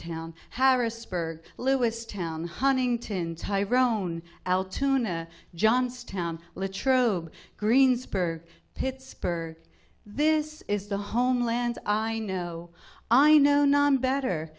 town harrisburg lewis town huntington tyrone altoona johnstown literally greensburg pittsburgh this is the homelands i know i know none better